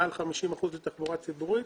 מעל 50 אחוזים תחבורה ציבורית